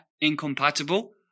incompatible